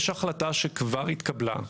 יש החלטה שכבר התקבלה,